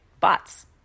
bots